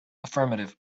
affirmative